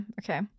okay